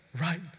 Right